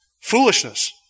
foolishness